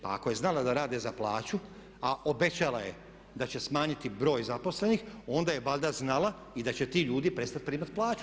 Pa ako je znala da rade za plaću a obećala je da će smanjiti broj zaposlenih onda je valjda znala i da će ti ljudi prestati primati plaću.